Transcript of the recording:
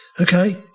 Okay